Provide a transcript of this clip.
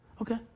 Okay